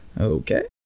okay